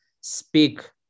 speak